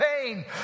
pain